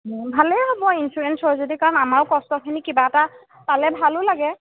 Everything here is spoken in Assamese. ভালেই হ'ব ইঞ্চুৰেঞ্চৰ যদি কাম আমাৰো কষ্টখিনি যদি কিবা এটা পালে ভালো লাগে